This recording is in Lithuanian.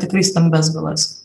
tikrai stambias bylas